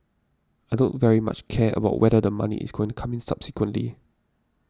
I don't very much care about whether the money is going come in subsequently